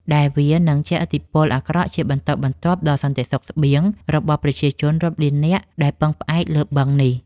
ដែលវានឹងជះឥទ្ធិពលអាក្រក់ជាបន្តបន្ទាប់ដល់សន្តិសុខស្បៀងរបស់ប្រជាជនរាប់លាននាក់ដែលពឹងផ្អែកលើបឹងនេះ។